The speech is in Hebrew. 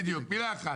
בדיוק, מילה אחת.